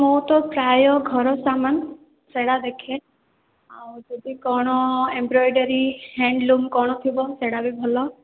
ମୁଁ ତ ପ୍ରାୟ ଘର ସାମାନ୍ ସେଇଡ଼ା ଦେଖେ ଆଉ ଯଦି କ'ଣ ଏମ୍ରୋଡ଼ୋରି ହ୍ୟାଣ୍ଡଲୁମ୍ କ'ଣ ଥିବ ସେଇଟା ବି ଭଲ